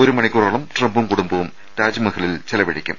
ഒരു മണിക്കൂറോളം ട്രംപും കുടുംബവും താജ്മഹലിൽ ചെലവഴിക്കും